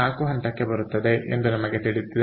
4 ಹಂತಕ್ಕೆ ಬರುತ್ತದೆ ಎಂದು ನಮಗೆ ತಿಳಿದಿದೆ